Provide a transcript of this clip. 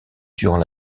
durant